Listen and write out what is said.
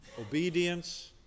obedience